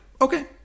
okay